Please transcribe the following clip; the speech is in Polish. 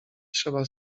trzeba